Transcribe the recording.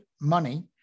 money